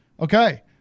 Okay